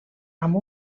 amb